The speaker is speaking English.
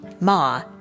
Ma